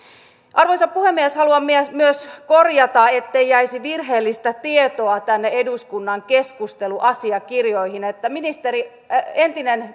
arvoisa puhemies haluan myös korjata ettei jäisi virheellistä tietoa eduskunnan keskusteluasiakirjoihin että entinen